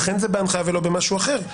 לכן זה בהנחיה ולא במשהו אחר.